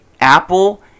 Apple